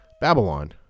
Babylon